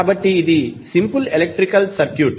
కాబట్టి ఇది simple electrical circuit